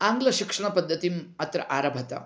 आङ्ग्लशिक्षणपद्धत्तिम् अत्र आरभत